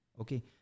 Okay